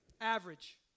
average